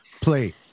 play